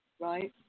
Right